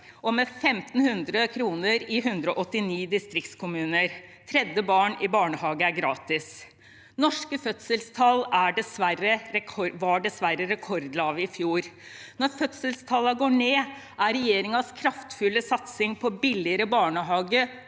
og med 1 500 kr i 189 distriktskommuner. Tredje barn i barnehage er gratis. Norske fødselstall var dessverre rekordlave i fjor. Når fødselstallene går ned, er regjeringens kraftfulle satsing på billigere barnehage